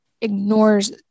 ignores